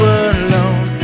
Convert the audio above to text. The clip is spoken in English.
alone